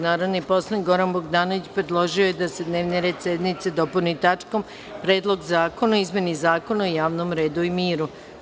Narodni poslanik Goran Bogdanović predložio je da se dnevni red sednice dopuni tačkom – Predlog zakona o izmeni Zakona o javnom redu i miru.